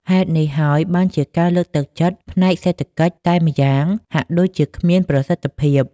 ហេតុនេះហើយបានជាការលើកទឹកចិត្តផ្នែកសេដ្ឋកិច្ចតែម្យ៉ាង ហាក់ដូចជាគ្មានប្រសិទ្ធភាព។